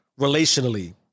relationally